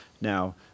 now